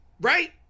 Right